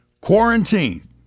Quarantine